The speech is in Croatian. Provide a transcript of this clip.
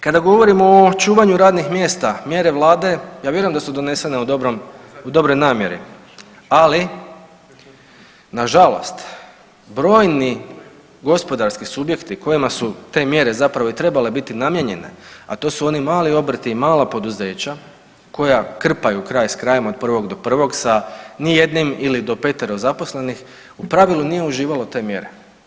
Kada govorimo o očuvanju radnih mjesta mjere Vlade ja vjerujem da su donesene u dobroj namjeri, ali na žalost brojni gospodarski subjekti kojima su te mjere zapravo i trebale biti namijenjene a to su oni mali obrti i mala poduzeća koja krpaju kraj s krajem od 1. do 1. sa ni jednim ili do 5-tero zaposlenih u pravilu nije uživalo te mjere.